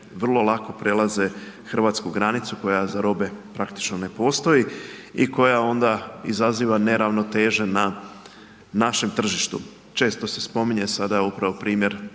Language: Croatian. vrlo lako prelaze hrvatsku granicu koja za robe praktično ne postoji i koja onda izaziva neravnoteže na našem tržištu. Često se spominje sada upravo primjer